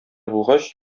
булгач